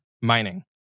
mining